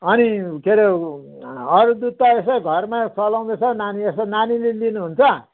अनि के अरे ऊ अरू दुध त यसो घरमा चलाउँदैछ हौ नानी यसो नानीले लिनुहुन्छ